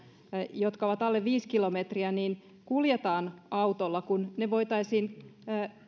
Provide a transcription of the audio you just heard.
jotka ovat alle viisi kilometriä kuljetaan autolla kun ne voitaisiin